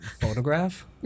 Photograph